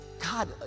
God